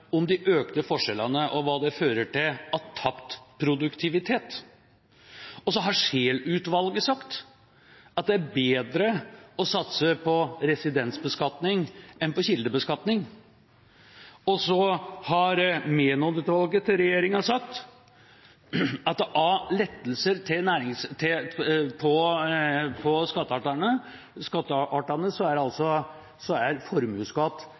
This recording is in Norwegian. om de økte forskjellene og hva det fører til av tapt produktivitet. Så har Scheel-utvalget sagt at det er bedre å satse på residensbeskatning enn på kildebeskatning. Og så har Menon-rapporten til regjeringa sagt at av lettelser på skatteartene er formuesskatt